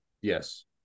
yes